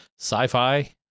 sci-fi